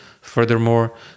Furthermore